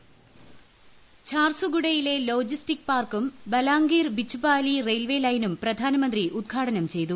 voice ഝാർസുഗുഡയിലെ logistics പാർക്കും Balangir Bichhupali railway ലൈനും പ്രധാനമന്ത്രി ഉദ്ഘാടനം ചെയ്തു